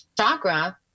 chakra